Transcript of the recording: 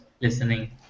listening